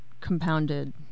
compounded